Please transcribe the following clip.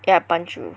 ya I punch you